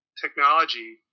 technology